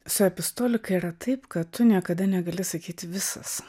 su epistolika yra taip kad tu niekada negali sakyti visas